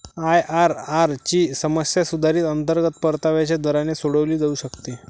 IRR ची समस्या सुधारित अंतर्गत परताव्याच्या दराने सोडवली जाऊ शकते